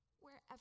wherever